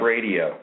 Radio